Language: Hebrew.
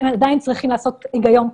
הם עדיין צריכים לעשות הגיון כלשהו.